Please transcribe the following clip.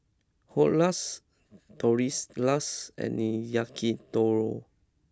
Dhokla Tortillas and Yakitori